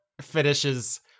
finishes